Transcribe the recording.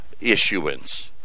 issuance